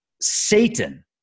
Satan